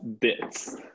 bits